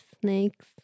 snakes